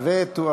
(איסור הפליה מחמת מקום מגורים),